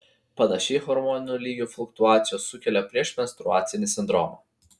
panašiai hormonų lygio fluktuacijos sukelia priešmenstruacinį sindromą